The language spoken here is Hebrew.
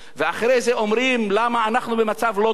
ואחרי זה אומרים: למה אנחנו במצב לא טוב?